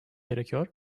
gerekiyor